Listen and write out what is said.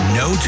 no